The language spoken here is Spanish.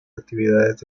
actividades